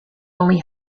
only